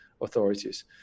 authorities